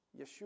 Yeshua